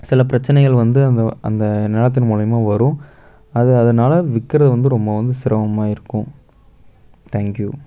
சில பிரச்சனைகள் வந்து அந்த அந்த நிலத்தின் மூலியமாக வரும் அது அதனால விற்குறது வந்து ரொம்ப வந்து சிரமமாக இருக்கும் தேங்க்யூ